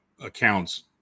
accounts